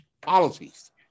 policies